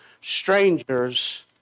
strangers